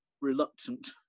Reluctant